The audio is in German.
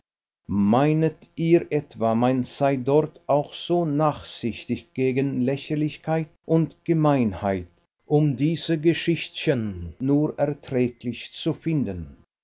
meinet ihr etwa man sei dort auch so nachsichtig gegen lächerlichkeit und gemeinheit um diese geschichtchen nur erträglich zu finden